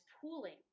pooling